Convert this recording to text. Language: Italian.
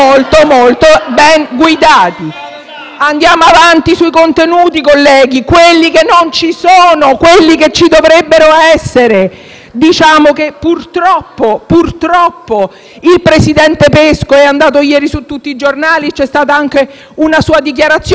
Andiamo avanti sui contenuti, colleghi, quelli che non ci sono e ci dovrebbero essere. Purtroppo il presidente Pesco è andato ieri su tutti i giornali e vi è stata anche una sua dichiarazione; ha chiesto alla Presidente come poteva fare